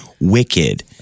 Wicked